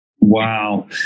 Wow